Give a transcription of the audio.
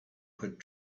had